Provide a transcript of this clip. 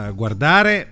guardare